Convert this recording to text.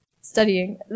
studying